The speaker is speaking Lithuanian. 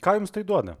ką jums tai duoda